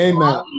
Amen